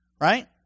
right